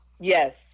Yes